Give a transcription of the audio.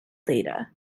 data